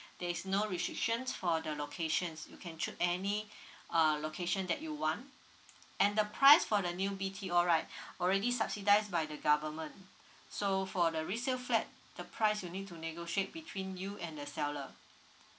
there's no restrictions for the locations you can choose any err location that you want and the price for the new b t o right already subsidized by the government so for the resale flat the price will need to negotiate between you and the seller